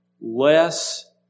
less